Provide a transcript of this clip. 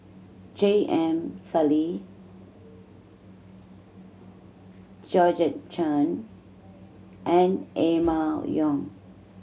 J M Sali Georgette Chen and Emma Yong